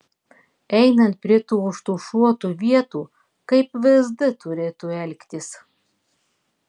einant prie tų užtušuotų vietų kaip vsd turėtų elgtis